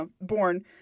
born